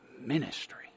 Ministry